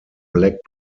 black